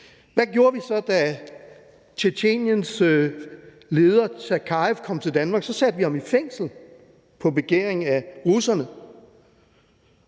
Hvad gjorde vi så, da Tjetjeniens leder Sakajev kom til Danmark? Da satte vi ham i fængsel på begæring af russerne,